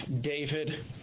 David